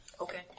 Okay